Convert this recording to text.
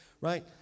right